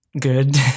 good